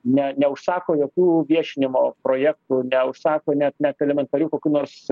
ne neužsako jokių viešinimo projektų neužsako net net elementarių kokių nors